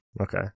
Okay